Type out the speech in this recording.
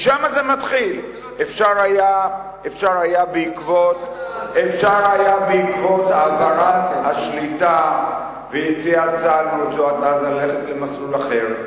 אפשר היה בעקבות העברת השליטה ויציאת צה"ל מרצועת-עזה ללכת למסלול אחר,